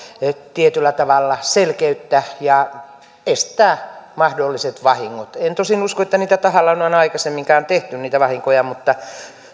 tietyllä tavalla selkeyttä ja estää mahdolliset vahingot en tosin usko että tahallaan on aikaisemminkaan tehty niitä vahinkoja mutta